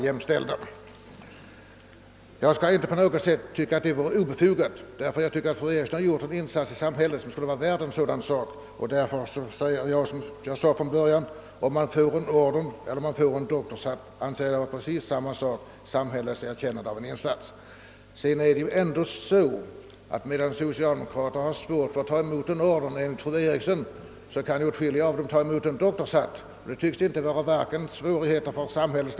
Jag tycker inte att det på något sätt vore obefogat, ty jag anser att fru Eriksson gjort en insats i samhället som är värd detta. Och jag säger som förut att det är precis samma sak om man får en orden eller en doktorshatt. Vad det gäller är samhällets erkännande av en insats. Socialdemokraterna har svårt att ta emot en orden, men flera av dem har tydligen ingenting emot en doktorshatt — det tycks inte strida mot deras samhällssyn.